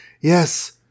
yes